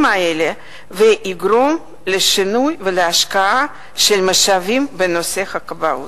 האלה ויגרום לשינוי ולהשקעה של משאבים בנושא הכבאות.